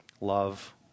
love